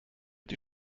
die